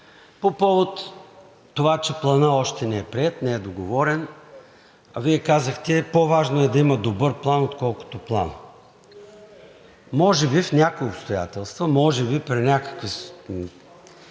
По повод това, че Планът още не е приет, не е договорен, Вие казахте, че по-важно е да има добър план, отколкото план. Може би в някои обстоятелства, може би при някакви